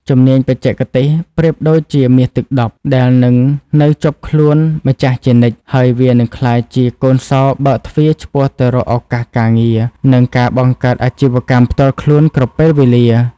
ជំនាញបច្ចេកទេសប្រៀបដូចជា «មាសទឹកដប់» ដែលនឹងនៅជាប់ខ្លួនម្ចាស់ជានិច្ច ហើយវានឹងក្លាយជាកូនសោរបើកទ្វារឆ្ពោះទៅរកឱកាសការងារ និងការបង្កើតអាជីវកម្មផ្ទាល់ខ្លួនគ្រប់ពេលវេលា។